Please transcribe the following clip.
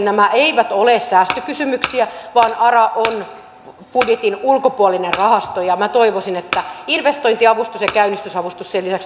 nämä eivät ole säästökysymyksiä vaan ara on budjetin ulkopuolinen rahasto ja minä toivoisin että investointiavustus ja käynnistysavustus sen lisäksi tulevat takaisin